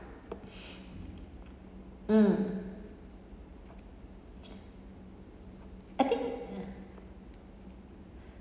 mm I think